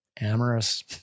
amorous